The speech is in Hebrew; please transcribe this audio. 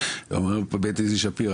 בית איזי שפירא,